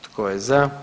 Tko je za?